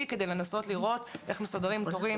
כדי לנסות לראות איך מסדרים תורים.